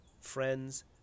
friends